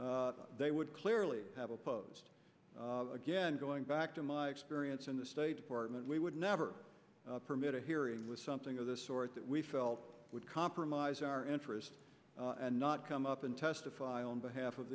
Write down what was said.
would clearly have opposed again going back to my experience in the state department we would never permit a hearing with something of this sort that we felt would compromise our interests and not come up and testify on behalf of